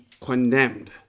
condemned